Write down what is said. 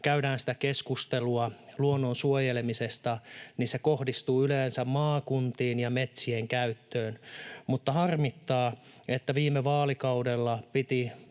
käydään sitä keskustelua luonnon suojelemisesta, niin se kohdistuu yleensä maakuntiin ja metsien käyttöön. Mutta harmittaa, että viime vaalikaudella piti,